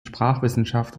sprachwissenschaft